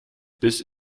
biss